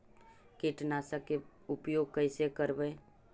कीटनाशक के उपयोग कैसे करबइ?